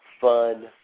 fun